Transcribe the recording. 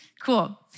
Cool